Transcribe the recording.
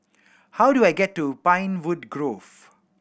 how do I get to Pinewood Grove